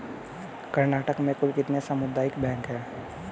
कर्नाटक में कुल कितने सामुदायिक बैंक है